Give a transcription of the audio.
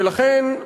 ולכן,